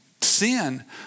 sin